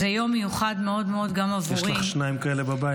זה יום מיוחד מאוד מאוד גם עבורי --- יש לך שניים כאלה בבית.